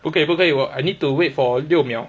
不可以不可以我 I need to wait for 六秒